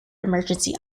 emergency